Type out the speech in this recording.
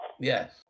Yes